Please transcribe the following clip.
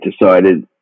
decided